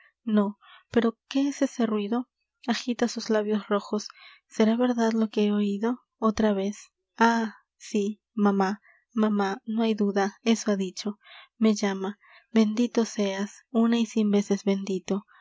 nó pero qué es ese ruido agita sus labios rojos será verdad lo que he oido otra vez ah sí mamá mamá no hay duda eso ha dicho me llama bendito seas una y cien veces bendito